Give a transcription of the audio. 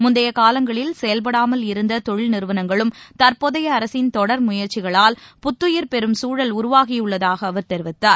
முந்தைய காலங்களில் செயல்படாமல் இருந்த தொழில் நிறுவனங்களும் தற்போதைய அரசின் தொடர் முயற்சிகளால் புத்துயிர் பெறும் சூழல் உருவாகியுள்ளதாக அவர் கூறினார்